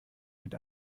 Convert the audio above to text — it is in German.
mit